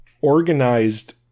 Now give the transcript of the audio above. organized